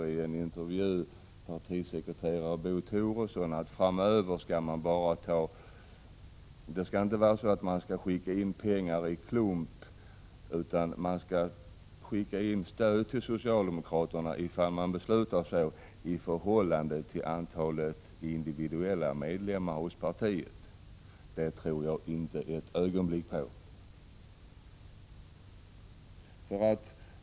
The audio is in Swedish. I en intervju säger partisekreterare Bo Toresson att framöver skall man inte skicka in pengarna i klump till socialdemokraterna, utan man skall, ifall man beslutar sig för anslutning, skicka in pengar i förhållande till antalet individuella medlemmar hos partiet. Det tror jag inte ett ögonblick på.